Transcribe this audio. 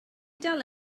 dal